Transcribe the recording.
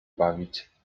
bawić